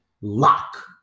lock